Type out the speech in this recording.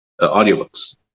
audiobooks